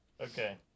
Okay